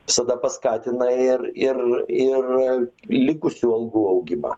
visada paskatina ir ir ir likusių algų augimą